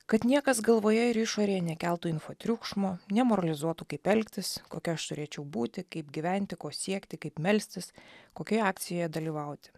kad niekas galvoje ir išorėje nekeltų info triukšmo nemoralizuotų kaip elgtis kokia aš turėčiau būti kaip gyventi ko siekti kaip melstis kokioje akcijoje dalyvauti